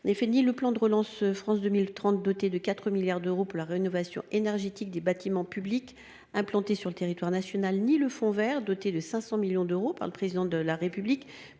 et politique. Ni le plan France 2030, doté de 4 milliards d’euros pour la rénovation énergétique des bâtiments publics implantés sur le territoire national, ni le fonds vert, doté de 500 millions d’euros par le Président de la République